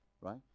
right